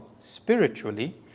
spiritually